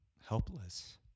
helpless